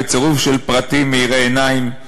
/ בצירוף של פרטים מאירי עיניים,